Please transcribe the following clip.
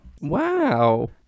Wow